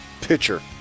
Pitcher